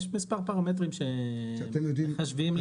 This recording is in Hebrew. יש מספר פרמטרים שמחשבים לפיהם.